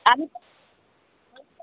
আমি তো